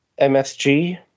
MSG